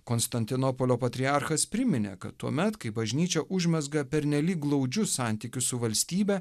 konstantinopolio patriarchas priminė kad tuomet kai bažnyčia užmezga pernelyg glaudžius santykius su valstybe